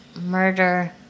murder